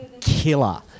killer